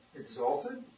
Exalted